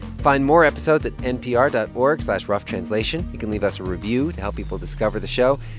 find more episodes at npr dot org slash roughtranslation. you can leave us a review to help people discover the show.